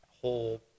whole